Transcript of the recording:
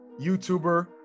YouTuber